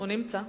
הוא נמצא.